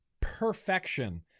Perfection